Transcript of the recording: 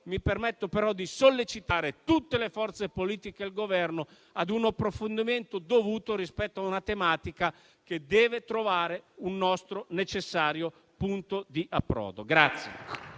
mi permetto però di sollecitare tutte le forze politiche e il Governo ad un approfondimento dovuto rispetto a una tematica che deve trovare un nostro necessario punto di approdo.